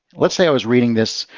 let's say i was reading this,